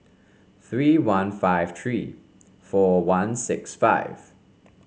three nine five three four one six five